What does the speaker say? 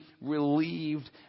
relieved